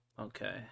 Okay